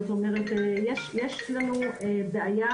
זאת אומרת יש לנו בעיה